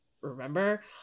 remember